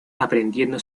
aprendiendo